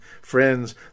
Friends